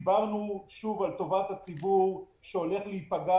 דיברנו שוב על טובת הציבור שהולך להיפגע